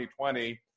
2020